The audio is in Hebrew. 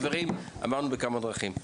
חברים, אמרנו את זה בכמה דרכים.